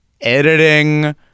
editing